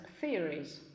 theories